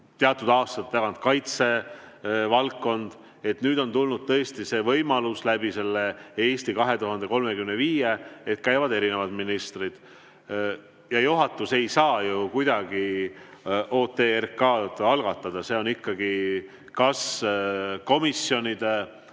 teatud aastate tagant kaitsevaldkond. Nüüd on tulnud tõesti see võimalus "Eesti 2035" raames, et siin käivad erinevad ministrid. Juhatus ei saa ju kuidagi OTRK-d algatada, see on ikkagi kas komisjonide